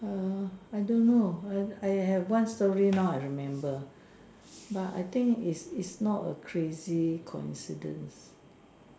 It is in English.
I don't know I I have one story now I remember but I think it's it's it's not a crazy coincidence